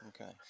Okay